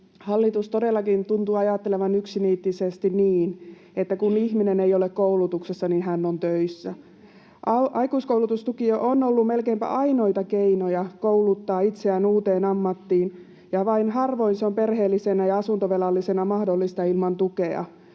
hallitus todellakin tuntuu ajattelevan yksiniittisesti niin, että kun ihminen ei ole koulutuksessa, niin hän on töissä. Aikuiskoulutustuki on ollut melkeinpä ainoita keinoja kouluttaa itseään uuteen ammattiin, ja vain harvoin se on perheellisenä ja asuntovelallisena mahdollista ilman tukea.